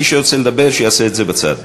מי שרוצה לדבר, שיעשה את זה בצד.